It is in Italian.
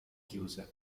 chiuse